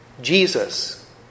Jesus